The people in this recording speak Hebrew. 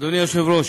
אדוני היושב-ראש,